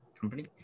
company